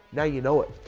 now you know it.